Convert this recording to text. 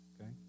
Okay